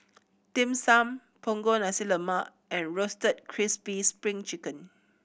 Dim Sum Punggol Nasi Lemak and Roasted Crispy Spring Chicken